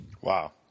Wow